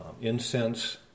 incense